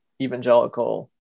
evangelical